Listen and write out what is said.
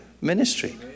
ministry